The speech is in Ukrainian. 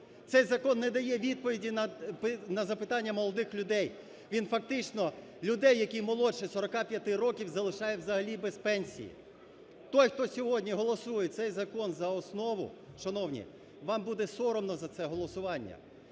Цей закон не дає відповіді на запитання молодих людей, він фактично людей, які молодше 45 років, залишає взагалі без пенсій. Той, хто сьогодні голосує цей закон за основу, шановні, вам буде соромно за це голосування.